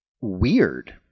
weird